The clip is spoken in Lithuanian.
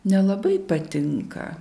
nelabai patinka